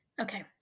okay